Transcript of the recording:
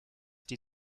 die